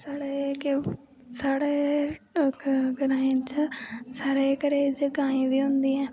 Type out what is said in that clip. साढ़े ग्रांएं च साढ़े घरें च गायें बी होंदियां नै